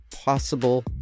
possible